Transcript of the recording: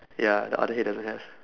ya the other hay doesn't have